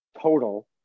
total